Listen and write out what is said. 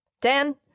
Dan